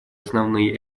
основные